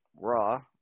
Raw